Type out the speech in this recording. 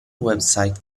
website